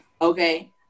Okay